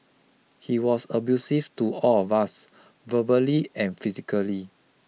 he was abusive to all of us verbally and physically